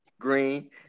green